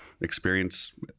experience